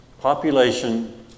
Population